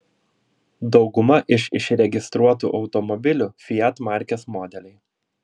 dauguma iš išregistruotų automobiliu fiat markės modeliai